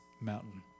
mountain